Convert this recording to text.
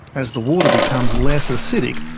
as the water becomes less acidic,